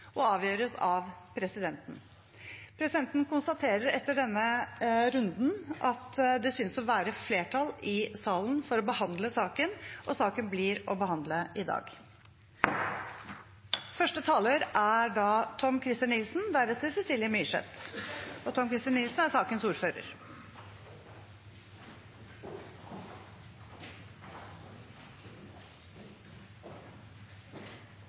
og avgjøres av presidenten.» Presidenten konstaterer etter denne runden at det synes å være flertall i salen for å behandle saken, og saken blir å behandle i dag. Første taler er Tom-Christer Nilsen. Takk til mine kolleger i næringskomiteen for samarbeidet og